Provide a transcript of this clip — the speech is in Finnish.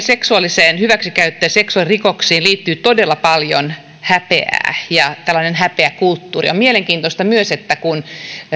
seksuaaliseen hyväksikäyttöön ja seksuaalirikoksiin liittyy todella paljon häpeää ja häpeäkulttuuri on mielenkiintoista myös se että kun